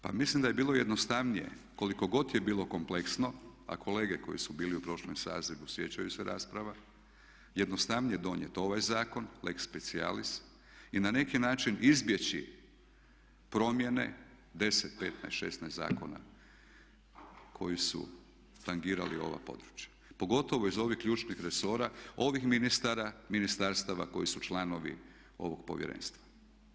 Pa mislim da je bilo jednostavnije koliko god je bilo kompleksno, a kolege koji su bili u prošlom sazivu sjećaju se rasprava, jednostavnije bilo donijeti ovaj zakon lex specialis i na neki način izbjeći promjene deset, petnaest, šesnaest zakona koji su tangirali ova područja pogotovo iz ovih ključnih resora ovih ministara ministarstava koji su članovi ovog povjerenstva.